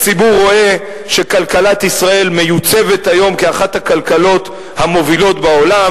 הציבור רואה שכלכלת ישראל מיוצבת היום כאחת הכלכלות המובילות בעולם,